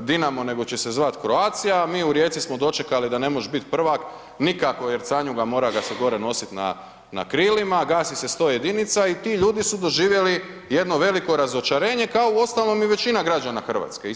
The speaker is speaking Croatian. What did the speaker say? Dinamo nego će se zvati Croatica, a mi u Rijeci smo dočekali da ne možeš biti prvak nikako jer Canjuga mora ga se gore nositi na krilima, gasi se 101 i ti ljudi su doživjeli jedno veliko razočarenje kao i uostalom i većina građana Hrvatske.